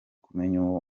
kumenya